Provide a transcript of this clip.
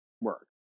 work